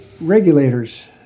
regulators